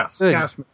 Yes